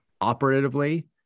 Operatively